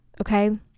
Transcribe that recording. okay